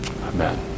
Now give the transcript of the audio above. Amen